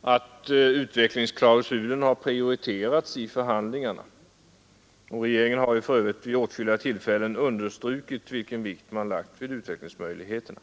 att utvecklingsklausulen har prioriterats i förhandlingarna. Regeringen har för övrigt vid åtskilliga tillfällen understrukit vilken vikt man lagt vid utvecklingsmöjligheterna.